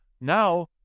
now